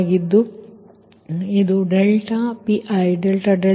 ಆದ್ದರಿಂದ ಇದು ∂Pi∂δi |Vi‖Vk‖Bik